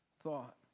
thought